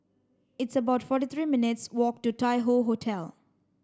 it's about forty three minutes' walk to Tai Hoe Hotel